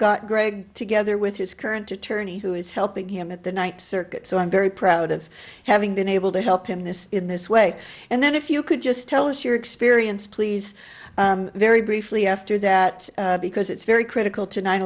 got great together with his current attorney who is helping him at the night circuit so i'm very proud of having been able to help in this in this way and then if you could just tell us your experience please very briefly after that because it's very critical to nine